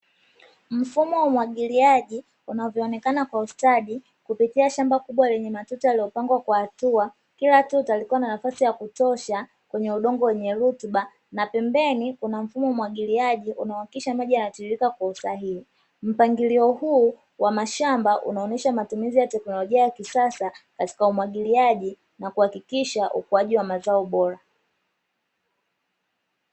Mfumo wa umwagiliaji unavyoonekana kwa ustadi kupitia shamba kubwa lenye matuta lililopangwa kwa hatua kila tuta likiwa na nafasi ya kutosha kwenye udongo wenye rutuba na pembeni kuna mfumo wa umwagiliaji unaohakikisha maji yanatiririka kwa usahihi. Mpangilio huu wa mashamba unaonyesha matumizi ya teknolojia ya kisasa katika umwagiliaji na kuhakikisha ukuaji wa mazao bora.